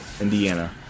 Indiana